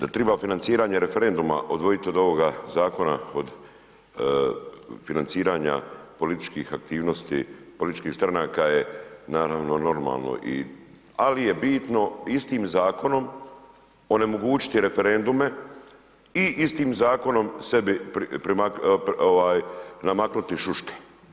Da triba financiranje referenduma odvojiti od ovoga zakona od financiranja političkih aktivnosti, političkih stranaka je naravno normalno i ali je bitno istim zakonom onemogućiti referendume i istim zakonom sebi ovaj namaknuti šuške.